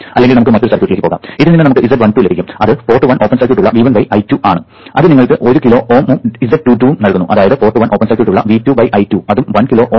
അല്ലെങ്കിൽ നമുക്ക് മറ്റൊരു സർക്യൂട്ടിലേക്ക് പോകാം ഇതിൽ നിന്ന് നമുക്ക് z12 ലഭിക്കും അത് പോർട്ട് 1 ഓപ്പൺ സർക്യൂട്ട് ഉള്ള V1 I2 ആണ് അത് നിങ്ങൾക്ക് 1 കിലോ Ω ഉം z22 ഉം നൽകുന്നു അതായത് പോർട്ട് 1 ഓപ്പൺ സർക്യൂട്ട് ഉള്ള V2 I2 അതും 1 കിലോ Ω ആണ്